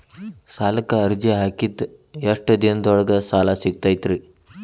ಸಾಲಕ್ಕ ಅರ್ಜಿ ಹಾಕಿದ್ ಎಷ್ಟ ದಿನದೊಳಗ ಸಾಲ ಸಿಗತೈತ್ರಿ?